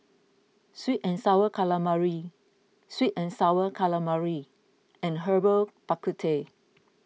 Sweet and Sour Calamari Sweet and Sour Calamari and Herbal Bak Ku Teh